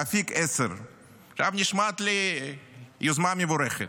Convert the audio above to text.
באפיק 10. זו נשמעת לי יוזמה מבורכת.